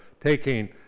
Taking